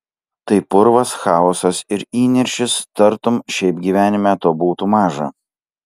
tai purvas chaosas ir įniršis tartum šiaip gyvenime to būtų maža